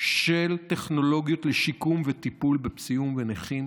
של טכנולוגיות לשיקום וטיפול בפצועים ונכים,